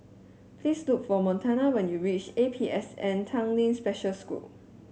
please look for Montana when you reach A P S N Tanglin Special School